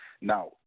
Now